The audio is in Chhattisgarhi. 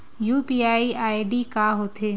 यू.पी.आई आई.डी का होथे?